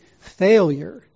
failure